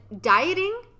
dieting